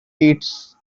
its